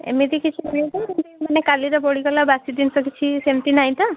ଏମିତି କିଛି ମିଳିବ ନା ଏମିତି କାଲିର ବଳିଗଲା ବାସି ଜିନିଷ ସେମିତି ନାହିଁ ତ